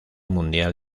mundial